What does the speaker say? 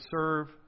serve